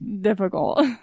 difficult